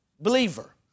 believer